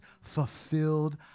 fulfilled